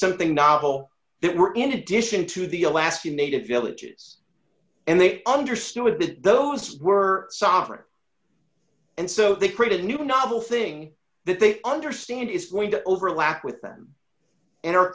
something novel they were in addition to the alaskan native villages and they understood those were sovereign and so they created a new novel thing that they understand is going to overlap with them and our